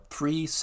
Three